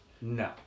No